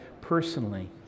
personally